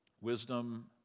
wisdom